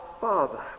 Father